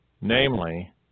namely